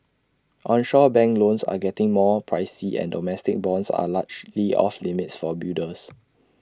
onshore bank loans are getting more pricey and domestic bonds are largely off limits for builders